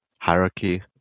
hierarchy